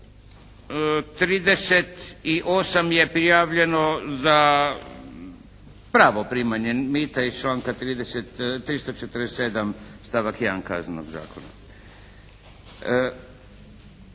38 je prijavljeno za pravo primanje mita iz članka 347. stavak 1. Kaznenog zakona.